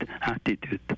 attitude